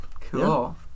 cool